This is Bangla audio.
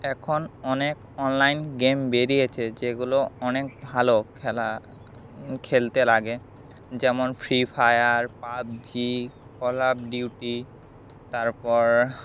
এখন অনেক অনলাইন গেম বেরিয়েছে যেগুলো অনেক ভালো খেলা খেলতে লাগে যেমন free fire PUBG call of duty তারপর